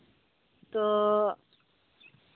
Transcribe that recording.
ᱛᱚ